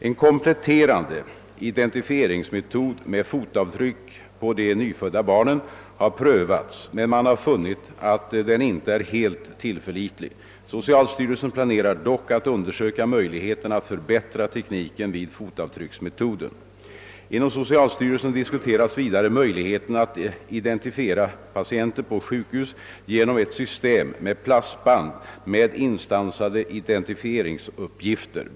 En kompletterande identifieringsmetod med fotavtryck på de nyfödda barnen har prövats men man har funnit att den inte är helt tillförlitlig. Socialstyrelsen planerar dock att undersöka möjligheterna att förbättra tekniken vid fotavtrycksmetoden. Inom socialstyrelsen diskuteras vidare möjligheten att identifiera patienter på sjukhus genom ett system med plastband med instansade identifieringsuppgifter.